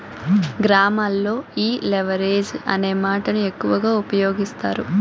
గ్రామాల్లో ఈ లెవరేజ్ అనే మాటను ఎక్కువ ఉపయోగిస్తారు